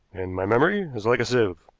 and my memory is like a sieve,